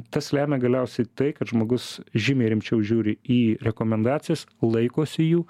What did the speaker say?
tas lemia galiausiai tai kad žmogus žymiai rimčiau žiūri į rekomendacijas laikosi jų